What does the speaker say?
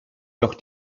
doch